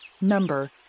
Number